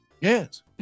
Yes